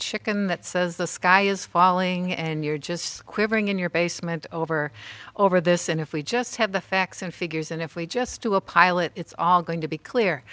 chicken that says the sky is falling and you're just quivering in your basement over over this and if we just have the facts and figures and if we just do a pilot it's all going to be clear